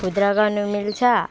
खुद्रा गर्नु मिल्छ